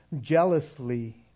jealously